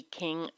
king